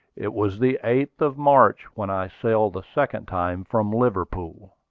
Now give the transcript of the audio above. it was the eighth of march when i sailed the second time from liverpool.